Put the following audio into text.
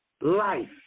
Life